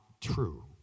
true